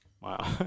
Wow